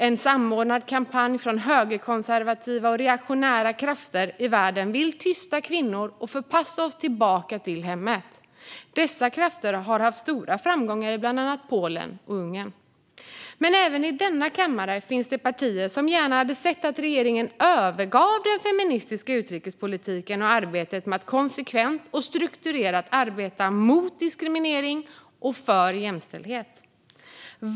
En samordnad kampanj från högerkonservativa och reaktionära krafter i världen vill tysta kvinnor och förpassa oss tillbaka till hemmet. Dessa krafter har haft stora framgångar i bland annat Polen och Ungern. Men även i denna kammare finns det partier som gärna hade sett att regeringen övergav den feministiska utrikespolitiken och arbetet med att konsekvent och strukturerat arbeta mot diskriminering och för jämställdhet.